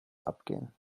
abgehen